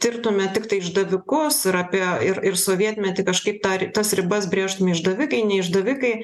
tirtume tiktai išdavikus ir apie ir ir sovietmetį kažkaip tar tas ribas brėžtume išdavikai ne išdavikai